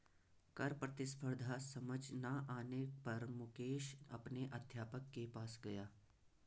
कर प्रतिस्पर्धा समझ ना आने पर मुकेश अपने अध्यापक के पास गया